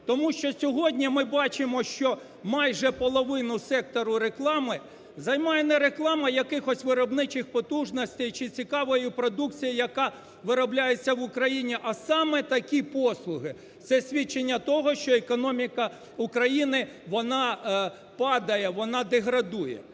тому що сьогодні ми бачимо, що майже половину сектору реклами займає не реклама якихось виробничих потужностей чи цікавою продукцією, яка виробляється в Україні, а саме такі послуги. Це свідчення того, що економіка України, вона падає, вона деградує.